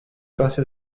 pincée